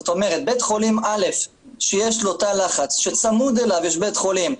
זאת אומרת בית חולים א' שיש לו תא לחץ שצמוד אליו יש בית חולים,